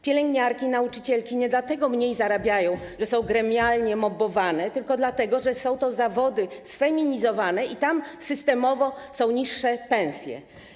Pielęgniarki, nauczycielki nie dlatego mniej zarabiają, że są gremialnie mobbowane, tylko dlatego, że są to zawody sfeminizowane i tam systemowo są niższe pensje.